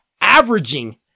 averaging